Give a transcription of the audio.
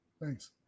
Thanks